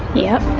yep.